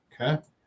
Okay